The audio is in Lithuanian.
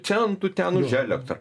centų ten už elektrą